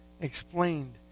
explained